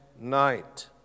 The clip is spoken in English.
night